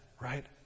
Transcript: Right